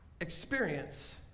experience